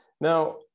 Now